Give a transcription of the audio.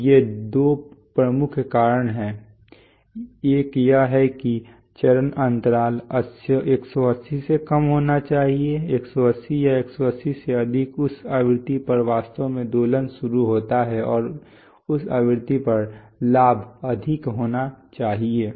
तो ये दो प्रमुख कारण हैं एक यह है कि चरण अंतराल 180 से कम होना चाहिए 180 या 180 से अधिक उस आवृत्ति पर वास्तव में दोलन शुरू होता है और उस आवृत्ति पर लाभ अधिक होना चाहिए